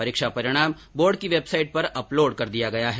परीक्षा परिणाम बोर्ड की वेबसाइट पर अपलोड कर दिया गया है